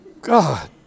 god